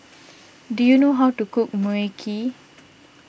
do you know how to cook Mui Kee